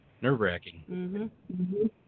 nerve-wracking